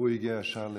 הוא הגיע ישר לנהלל?